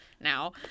now